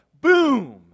Boom